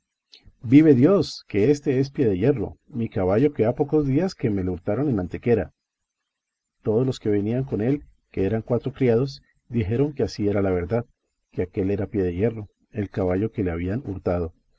vive dios que éste es piedehierro mi caballo que ha pocos días que me le hurtaron en antequera todos los que venían con él que eran cuatro criados dijeron que así era la verdad que aquél era piedehierro el caballo que le habían hurtado